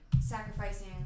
sacrificing